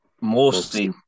mostly